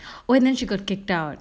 oh then she got kicked out